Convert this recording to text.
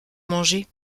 manger